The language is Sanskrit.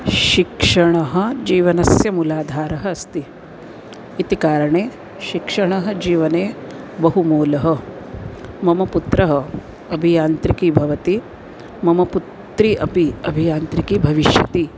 शिक्षणं जीवनस्य मूलाधारम् अस्ति इति कारणात् शिक्षणं जीवने बहु मूल्यं मम पुत्रः अभियान्त्रिकी भवति मम पुत्री अपि अभियान्त्रिकी भविष्यति